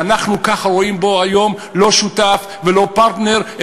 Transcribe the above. ואנחנו ככה רואים בו היום לא שותף ולא פרטנר,